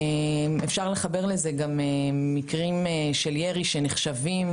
אפשר לחבר לזה גם מקרים לירי שנחשבים